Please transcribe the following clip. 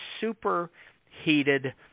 superheated